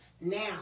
Now